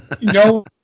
no